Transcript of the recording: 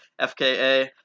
FKA